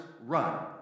run